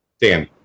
Dan